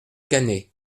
cannet